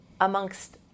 amongst